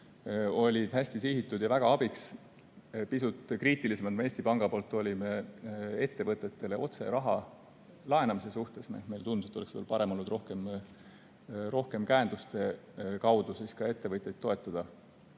olid hästi sihitud ja väga abiks. Pisut kriitilisemad me Eesti Pangas olime ettevõtetele otse raha laenamise suhtes. Meile tundus, et oleks parem olnud rohkem käenduste kaudu toetada ettevõtjaid,